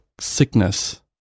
sickness